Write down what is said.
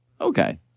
Okay